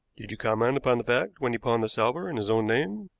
did you comment upon the fact when he pawned the salver in his own name?